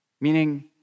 Meaning